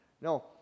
no